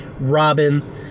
Robin